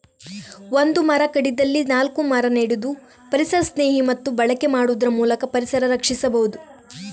ಒಂದು ಮರ ಕಡಿದಲ್ಲಿ ನಾಲ್ಕು ಮರ ನೆಡುದು, ಪರಿಸರಸ್ನೇಹಿ ವಸ್ತು ಬಳಕೆ ಮಾಡುದ್ರ ಮೂಲಕ ಪರಿಸರ ರಕ್ಷಿಸಬಹುದು